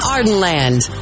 Ardenland